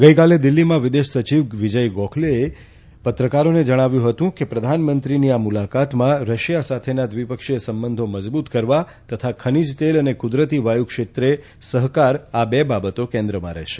ગઇકાલે દિલ્હીમાં વિદેશ સચિવ વિજય ગોખલેએ પત્રકારોને જણાવ્યું હતું કે પ્રધાનમંત્રીની આ મુલાકાતમાં રશિયા સાથેના દ્વિપક્ષીય સંબંધો મજબૂત કરવા તથા ખનીજ તેલ અને કુદરતી વાયુ ક્ષેત્રે સહકાર આ બે બાબતો કેન્દ્રમાં રહેશે